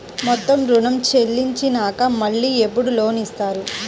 మొత్తం ఋణం చెల్లించినాక మళ్ళీ ఎప్పుడు లోన్ ఇస్తారు?